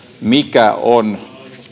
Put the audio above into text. mikä on